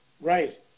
Right